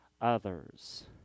others